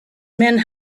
men